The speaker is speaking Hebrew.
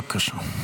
בבקשה.